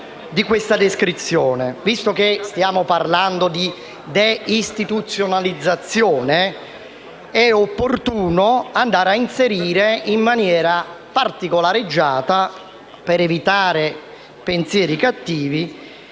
Visto che stiamo parlando di deistituzionalizzazione, è opportuno andare a inserire in maniera particolareggiata, per evitare pensieri cattivi,